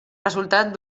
resultat